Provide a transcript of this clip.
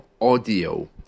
audio